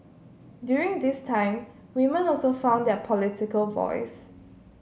during this time women also found their political voice